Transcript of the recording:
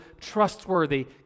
trustworthy